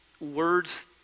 words